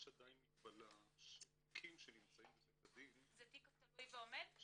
יש עדיין מגבלה שתיקים שנמצאים בבית הדין --- זה תיק תלוי ועומד?